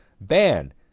ban